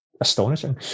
astonishing